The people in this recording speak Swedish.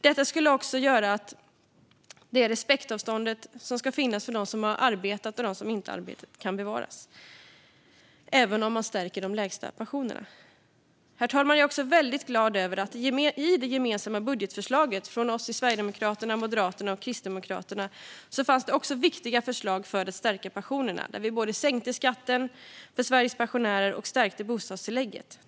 Detta skulle också göra att det respektavstånd som ska finnas mellan dem som har arbetat och dem som inte har arbetat kan bevaras, även om man stärker de lägsta pensionerna. Herr talman! Jag är också väldigt glad över att det i det gemensamma budgetförslaget från oss sverigedemokrater, Moderaterna och Kristdemokraterna också fanns viktiga förslag för att stärka pensionerna, där vi både sänkte skatten för Sveriges pensionärer och stärkte bostadstillägget.